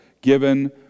given